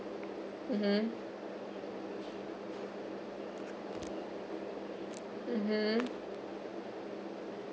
mmhmm mmhmm